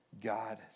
God